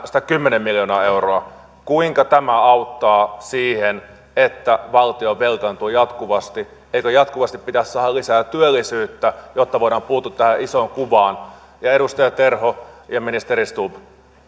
satakymmentä miljoonaa euroa kuinka tämä auttaa siihen että valtio velkaantuu jatkuvasti eikö jatkuvasti pidä saada lisää työllisyyttä jotta voidaan puuttua tähän isoon kuvaan ja edustaja terho ja ministeri stubb